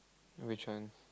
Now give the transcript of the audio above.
which one